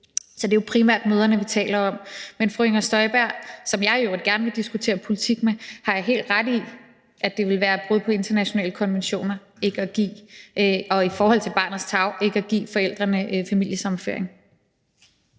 så det er primært mødrene, vi taler om, men fru Inger Støjberg, som jeg i øvrigt gerne vil diskutere politik med, har helt ret i, at det ville være et brud på internationale konventioner og på hensynet til barnets tarv ikke at give forældrene familiesammenføring.